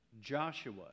Joshua